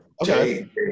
Okay